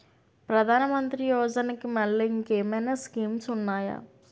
ప్రధాన మంత్రి యోజన కి మల్లె ఇంకేమైనా స్కీమ్స్ ఉన్నాయా?